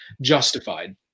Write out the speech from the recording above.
justified